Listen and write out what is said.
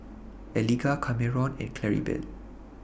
Eliga Kameron and Claribel